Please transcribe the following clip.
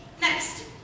Next